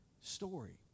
story